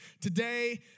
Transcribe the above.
Today